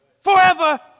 forever